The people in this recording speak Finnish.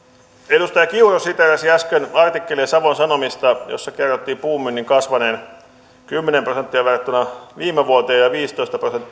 edustaja kiuru siteerasi äsken artikkelia savon sanomista jossa kerrottiin puun myynnin kasvaneen kymmenen prosenttia verrattuna viime vuoteen ja viisitoista